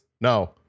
No